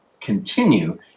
continue